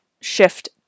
shift